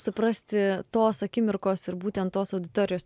suprasti tos akimirkos ir būtent tos auditorijos